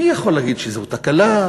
מי יכול להגיד שזו תקלה,